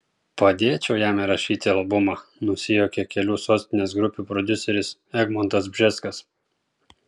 padėčiau jam įrašyti albumą nusijuokė kelių sostinės grupių prodiuseris egmontas bžeskas